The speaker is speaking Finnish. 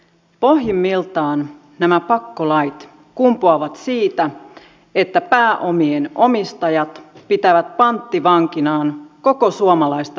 pohjimmiltaan nämä pakkolait kumpuavat siitä että pääomien omistajat pitävät panttivankinaan koko suomalaista yhteiskuntaa